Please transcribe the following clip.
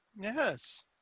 Yes